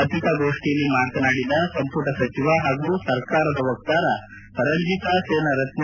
ಪತ್ರಿಕಾಗೋಷ್ಟಿಯಲ್ಲಿ ಮಾತನಾಡಿದ ಸಂಪುಟ ಸಚಿವ ಹಾಗೂ ಸರ್ಕಾರದ ವಕ್ತಾರ ರಂಜಿತಾ ಸೇನರತ್ನೆ